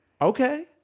Okay